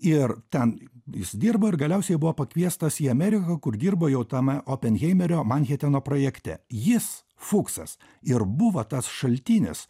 ir ten jis dirbo ir galiausiai buvo pakviestas į ameriką kur dirba jo tame openheimerio manheteno projekte jis fuksas ir buvo tas šaltinis